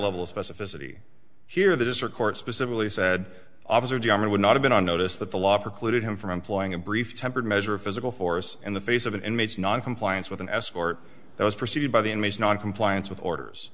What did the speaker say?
level of specificity here the district court specifically said officer john would not have been on notice that the law precluded him from employing a brief tempered measure of physical force in the face of inmates noncompliance with an escort that was preceded by the inmates noncompliance with orders